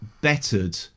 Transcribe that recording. bettered